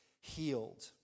healed